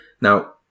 Now